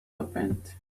opened